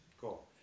Cool